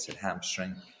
hamstring